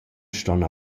ston